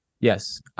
Yes